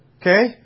Okay